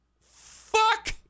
Fuck